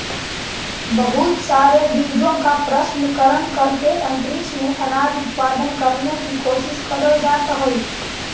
बहुत सारे बीजों का प्रशन करण करके अंतरिक्ष में अनाज उत्पादन करने की कोशिश करल जाइत हई